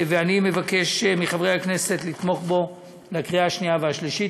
ואני מבקש מחברי הכנסת לתמוך בו בקריאה השנייה והשלישית.